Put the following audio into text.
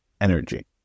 energy